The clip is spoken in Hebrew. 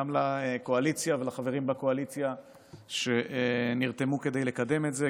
גם לקואליציה ולחברים בקואליציה שנרתמו כדי לקדם את זה,